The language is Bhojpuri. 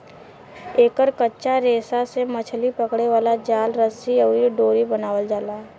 एकर कच्चा रेशा से मछली पकड़े वाला जाल, रस्सी अउरी डोरी बनावल जाला